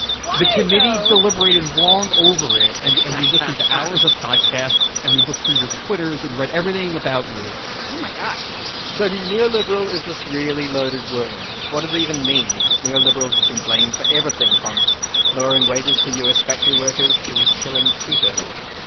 committee deliberated long over it. and and we listened to hours of podcasts. and we looked through your twitters and read everything about you oh, my gosh so neoliberal is this really loaded word. what does it even mean? neoliberals have been blamed for everything from lowering wages for u s. factory workers to killing sea turtles.